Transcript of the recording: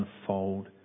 unfold